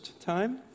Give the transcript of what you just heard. time